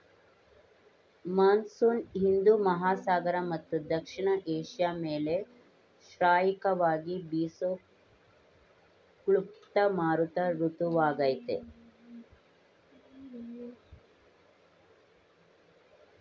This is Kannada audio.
ಮಾನ್ಸೂನ್ ಹಿಂದೂ ಮಹಾಸಾಗರ ಮತ್ತು ದಕ್ಷಿಣ ಏಷ್ಯ ಮೇಲೆ ಶ್ರಾಯಿಕವಾಗಿ ಬೀಸೋ ಕ್ಲುಪ್ತ ಮಾರುತ ಋತುವಾಗಯ್ತೆ